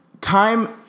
time